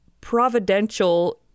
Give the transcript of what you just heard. providential